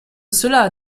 cela